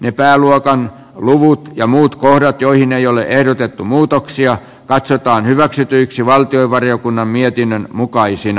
ne pääluokan luvut ja muut kohdat joihin ei ole ehdotettu muutoksia katsotaan hyväksytyiksi valtiovarainvaliokunnan mietinnön mukaisina